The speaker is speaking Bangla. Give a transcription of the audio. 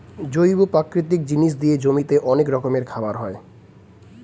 জৈব প্রাকৃতিক জিনিস দিয়ে জমিতে অনেক রকমের খাবার হয়